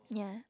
yeah